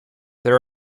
there